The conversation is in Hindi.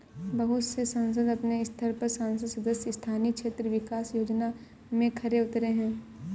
बहुत से संसद अपने स्तर पर संसद सदस्य स्थानीय क्षेत्र विकास योजना में खरे उतरे हैं